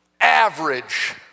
average